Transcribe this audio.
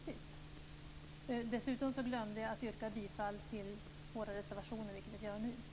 Dessutom glömde jag att yrka bifall till våra reservationer, vilket jag gör nu.